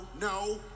no